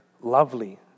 lovely